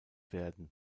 werden